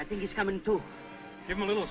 i think he's coming to him a little